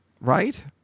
right